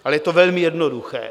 Ale je to velmi jednoduché.